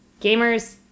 Gamers